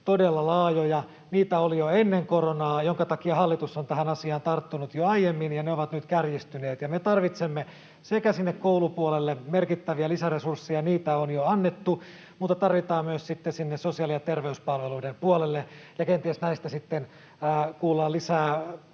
todella laajoja, ja niitä oli jo ennen koronaa, minkä takia hallitus on tähän asiaan tarttunut jo aiemmin, ja ne ovat nyt kärjistyneet. Me tarvitsemme sinne koulupuolelle merkittäviä lisäresursseja, ja niitä on jo annettu, mutta niitä tarvitaan myös sinne sosiaali- ja terveyspalveluiden puolelle. Kenties näistä kuullaan lisää